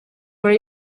were